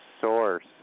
source